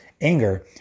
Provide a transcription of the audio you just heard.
anger